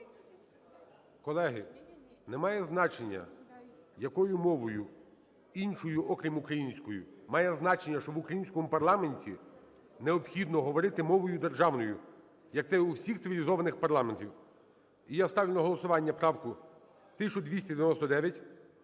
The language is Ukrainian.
Колеги, немає значення, якою мовою, іншою окрім українською, має значення, що в українському парламенті необхідно говорити мовою державною, як це у всіх цивілізованих парламентів. І я ставлю на голосування правку 1299.